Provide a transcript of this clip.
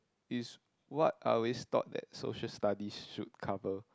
is what I always thought that Social-Studies should cover